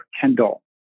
Kendall